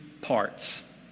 parts